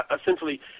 essentially